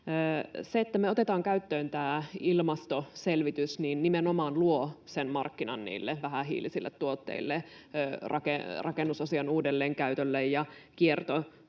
Se, että me otetaan käyttöön tämä ilmastoselvitys, nimenomaan luo sen markkinan niille vähähiilisille tuotteille, rakennusosien uudelleenkäytölle ja kiertotaloudelle.